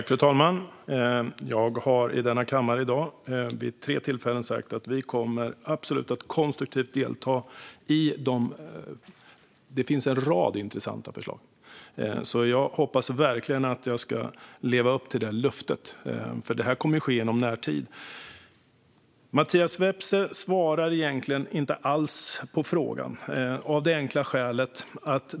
Fru talman! Jag har vid tre tillfällen i kammaren i dag sagt att vi absolut kommer att delta konstruktivt i detta. Det finns en rad intressanta förslag. Jag hoppas verkligen att jag ska leva upp till detta löfte. Det här kommer ju att ske i närtid. Mattias Vepsä svarar egentligen inte alls på frågan.